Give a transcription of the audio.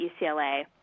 UCLA